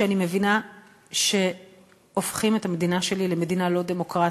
שאני מבינה שהופכים את המדינה שלי למדינה לא דמוקרטית,